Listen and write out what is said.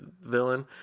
villain